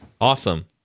awesome